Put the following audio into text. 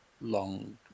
long